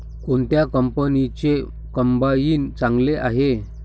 कोणत्या कंपनीचे कंबाईन चांगले आहे?